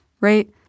right